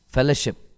Fellowship